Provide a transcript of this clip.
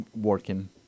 working